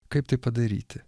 kaip tai padaryti